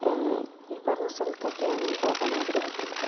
ഈ പറഞ്ഞ സ്ഥലത്തൊക്കെയാണ് ഞാൻ പോകാൻ ആഗ്രഹിക്കുന്നത്